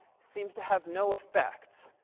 seems to have no effect.